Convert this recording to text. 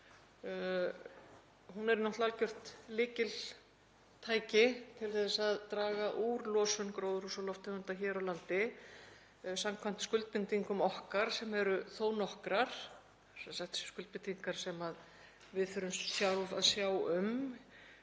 Hún er náttúrlega algjört lykiltæki til að draga úr losun gróðurhúsalofttegunda hér á landi samkvæmt skuldbindingum okkar sem eru þó nokkrar, sem sagt skuldbindingar sem við þurfum sjálf